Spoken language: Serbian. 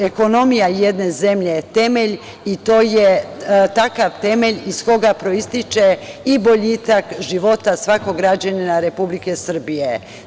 Ekonomija jedne zemlje je temelj i to je takav temelj iz koga proističe i boljitak života svakog građanina Republike Srbije.